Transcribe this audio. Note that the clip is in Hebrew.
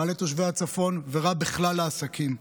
רע לתושבי הצפון ורע בכלל לעסקים.